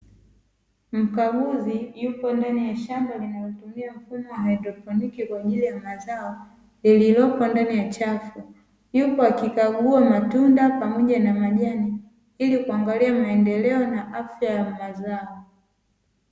Mkaguzi yupo ndani ya shamba linalotumia mfumo wa haidroponi kwajili ya mazao lililoko ndani ya chafu, yupo akikagua matunda pamoja na majani ili kuangalia maendeleo na afya ya mazao.